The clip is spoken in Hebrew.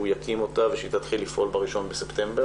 יקים אותה ושהיא תתחיל לפעול ב-1 בספטמבר.